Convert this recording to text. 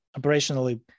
operationally